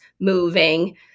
moving